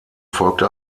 folgte